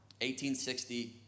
1860